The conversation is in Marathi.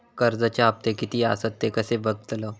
कर्जच्या हप्ते किती आसत ते कसे बगतलव?